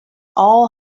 all